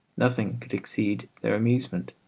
nothing could exceed their amusement.